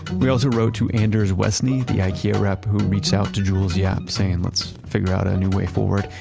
we also wrote to anders westney, the ikea rep who reached out to jules yap saying let's figure out a new way forward.